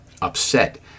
upset